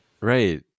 Right